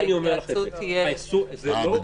סליחה שאני אומר לך את זה, זה לא מציאותי.